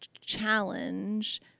challenge